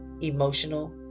emotional